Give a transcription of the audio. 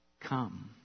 Come